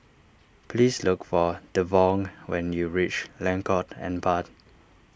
please look for Devaughn when you reach Lengkok Empat